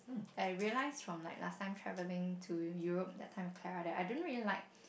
I realize from like last time travelling to Europe that time with Clara that I don't really like